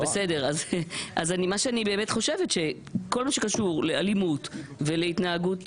אני באמת חושבת שכל מה שקשור לאלימות ולהתנהגות